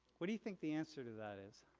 what do you think the answer to that is